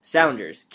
Sounders